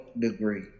degree